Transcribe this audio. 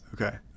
Okay